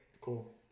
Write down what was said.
Cool